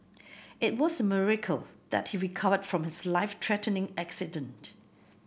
it was a miracle that he recovered from his life threatening accident